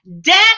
Death